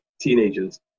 teenagers